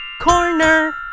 corner